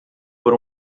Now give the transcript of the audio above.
por